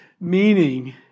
meaning